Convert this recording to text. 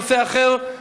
נושא אחר,